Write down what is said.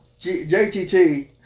JTT